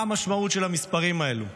מה המשמעות של המספרים האלו?